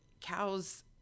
cows